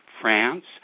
France